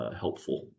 helpful